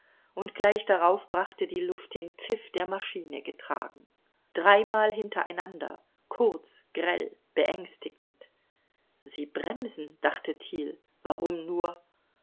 und gleich darauf brachte die luft den pfiff der maschine getragen dreimal hintereinander kurz grell beängstigend sie bremsen dachte thiel warum nur